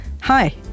Hi